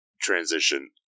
transition